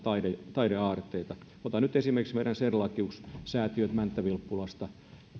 taideaarteet mukana kulttuuritarjonnassa otan nyt esimerkiksi meidän serlachius säätiön mänttä vilppulasta